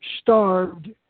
starved